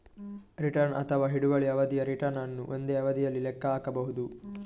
return ಅಥವಾ ಹಿಡುವಳಿ ಅವಧಿಯ ರಿಟರ್ನ್ ಅನ್ನು ಒಂದೇ ಅವಧಿಯಲ್ಲಿ ಲೆಕ್ಕ ಹಾಕಬಹುದು